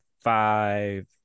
five